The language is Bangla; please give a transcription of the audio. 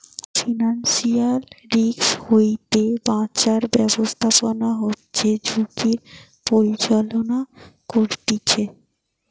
ফিনান্সিয়াল রিস্ক হইতে বাঁচার ব্যাবস্থাপনা হচ্ছে ঝুঁকির পরিচালনা করতিছে